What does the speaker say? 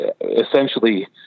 essentially